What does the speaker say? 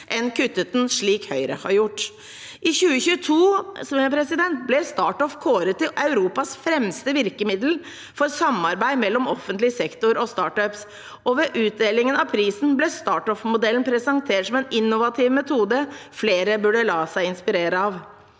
enn kuttet den. I 2022 ble StartOff kåret til Europas fremste virkemiddel for samarbeid mellom offentlig sektor og startup-er, og ved utdelingen av prisen ble StartOff-modellen presentert som en innovativ metode flere burde la seg inspirere av.